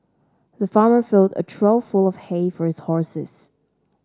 the farmer filled a trough full of hay for his horses